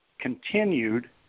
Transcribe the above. continued